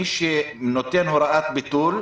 מי שנותן הוראת ביטול,